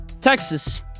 Texas